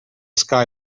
sky